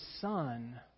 Son